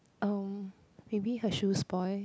oh maybe her shoe spoil